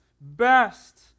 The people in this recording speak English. best